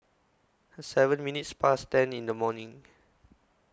seven minutes Past ten in The morning